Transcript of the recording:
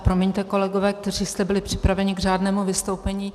Promiňte, kolegové, kteří jste byli připraveni k řádnému vystoupení.